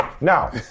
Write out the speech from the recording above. now